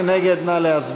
מי נגד?